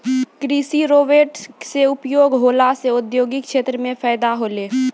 कृषि रोवेट से उपयोग होला से औद्योगिक क्षेत्र मे फैदा होलै